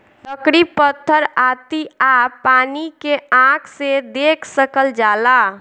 लकड़ी पत्थर आती आ पानी के आँख से देख सकल जाला